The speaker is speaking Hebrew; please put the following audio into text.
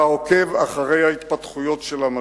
אתה עוקב אחר ההתפתחויות של המשבר.